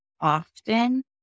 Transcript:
often